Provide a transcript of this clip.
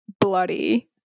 bloody